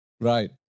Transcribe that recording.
Right